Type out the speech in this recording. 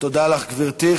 תודה לך, גברתי.